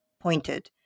pointed